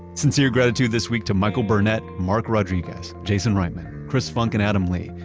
sincere gratitude this week to michael bernett, mark rodriguez, jason wrightman, chris funk and adam leigh.